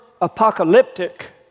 apocalyptic